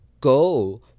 Go